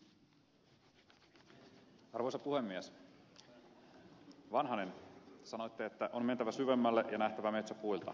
vanhanen sanoitte että on mentävä syvemmälle ja nähtävä metsä puilta